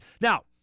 Now